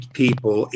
people